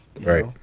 right